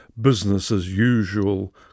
business-as-usual